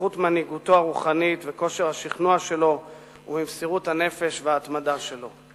בזכות מנהיגותו הרוחנית וכושר השכנוע ומסירות הנפש וההתמדה שלו.